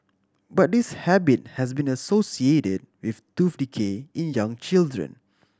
but this habit has been associated with tooth decay in young children